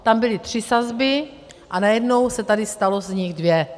Tam byly tři sazby a najednou se tady staly z nich dvě.